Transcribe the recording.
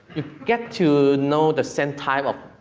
you get to know the same type of,